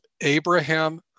Abraham